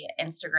Instagram